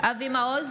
אבי מעוז,